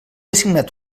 assignat